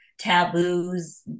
taboos